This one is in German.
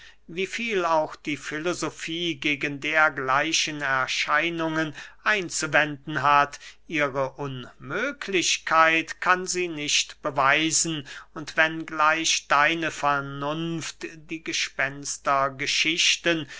wie viel auch die filosofie gegen dergleichen erscheinungen einzuwenden hat ihre unmöglichkeit kann sie nicht beweisen und wenn gleich deine vernunft die